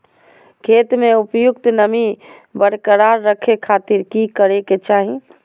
खेत में उपयुक्त नमी बरकरार रखे खातिर की करे के चाही?